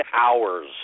hours